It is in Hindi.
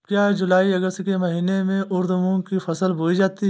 क्या जूलाई अगस्त के महीने में उर्द मूंग की फसल बोई जाती है?